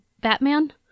Batman